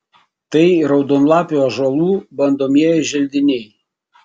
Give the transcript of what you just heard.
tai raudonlapių ąžuolų bandomieji želdiniai